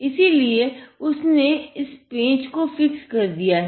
इसिलिये उसने इस पेंच को फिक्स कर दिया है